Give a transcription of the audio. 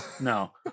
No